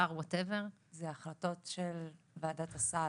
אלה החלטות של ועדת הסל,